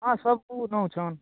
ହଁ ସବୁ ନଉଛନ୍